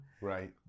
right